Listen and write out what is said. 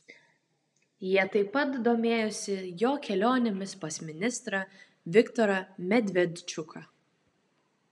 jie taip pat domėjosi jo kelionėmis pas ministrą viktorą medvedčuką